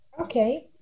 Okay